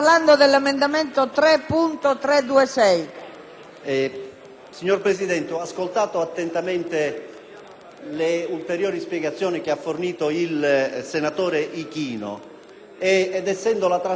Signora Presidente, ho ascoltato attentamente le ulteriori spiegazioni fornite dal senatore Ichino. Poiché la trasparenza rappresenta uno degli elementi che hanno caratterizzato